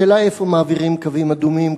השאלה היא איפה מעבירים קווים אדומים,